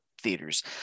theaters